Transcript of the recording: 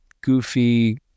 goofy